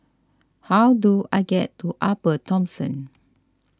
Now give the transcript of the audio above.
how do I get to Upper Thomson